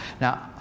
Now